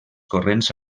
corrents